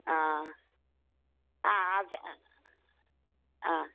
ஆ ஆ அது ஆ